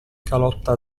calotta